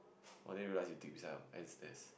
oh then you just dig beside an ant nest